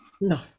no